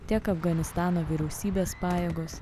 tiek afganistano vyriausybės pajėgos